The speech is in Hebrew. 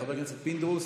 חבר הכנסת פינדרוס,